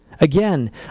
Again